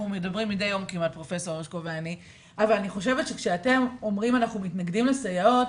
אני חושבת שכשאתם אומרים: אנחנו מתנגדים לסייעות,